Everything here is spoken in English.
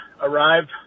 arrived